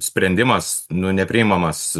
sprendimas nu nepriimamas